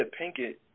Pinkett